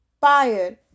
fired